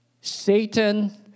Satan